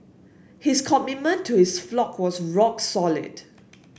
his commitment to his flock was rock solid